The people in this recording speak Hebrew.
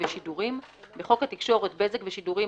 ושידורים) 33. בחוק התקשורת (בזק ושידורים),